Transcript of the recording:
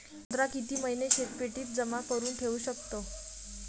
संत्रा किती महिने शीतपेटीत जमा करुन ठेऊ शकतो?